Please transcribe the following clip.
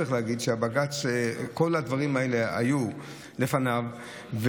צריך להגיד שכל הדברים האלה היו לפני בג"ץ.